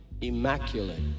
immaculate